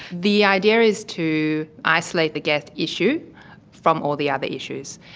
the idea is to isolate the gett issue from all the other issues,